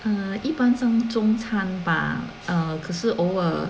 mm 一般曾中餐吧 err 可是偶尔